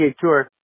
Tour